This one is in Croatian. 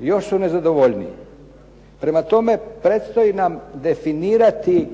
još su nezadovoljniji. Prema tome, predstoji nam definirati